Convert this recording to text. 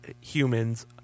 humans